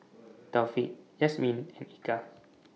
Taufik Yasmin and Eka